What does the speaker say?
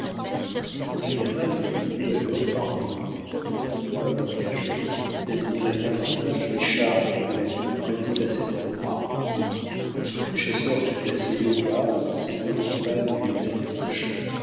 un mouvement général qui eut lieu alors parmi les conducteurs ne permit pas aux voyageurs d'admirer davantage les charmes que la nuit prêtait à cet endroit le chasseur fit placer heyward ses deux compagnes et le maître de